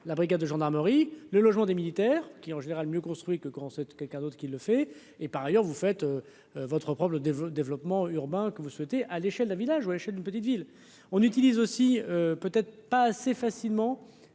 la brigade de gendarmerie, le logement des militaires qui, en général mieux construit que quand c'est quelqu'un d'autre qui le fait et par ailleurs, vous faites votre propre le développement urbain que vous souhaitez à l'échelle du village où, chef d'une petite ville, on utilise aussi peut être pas assez facilement